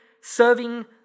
serving